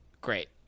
Great